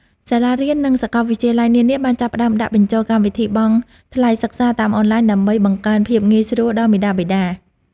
សាលារៀន និងសកលវិទ្យាល័យនានាបានចាប់ផ្តើមដាក់បញ្ចូលកម្មវិធីបង់ថ្លៃសិក្សាតាមអនឡាញដើម្បីបង្កើនភាពងាយស្រួលដល់មាតាបិតា។